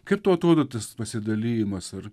kaip tau atrodo tas pasidalijimas ar